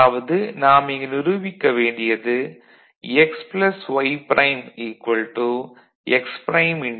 அதாவது நாம் இங்கு நிரூபிக்க வேண்டியது x y' x'